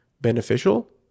beneficial